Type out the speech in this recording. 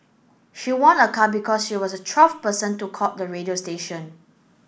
she won a car because she was the twelfth person to call the radio station